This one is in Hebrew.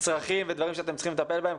צרכים ודברים שאתם צריכים לטפל בהם,